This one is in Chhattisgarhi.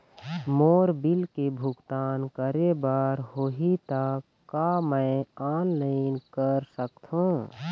मोर बिल के भुगतान करे बर होही ता का मैं ऑनलाइन कर सकथों?